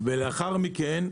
ולאחר מכן,